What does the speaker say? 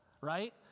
right